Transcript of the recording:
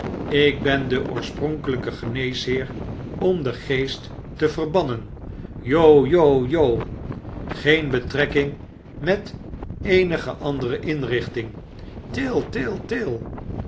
ik ben de oorspronkeljjke geneesheer om den geest te verbannen jo jo jo geen betrekking met eenige andere inrichting